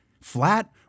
flat